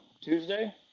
Tuesday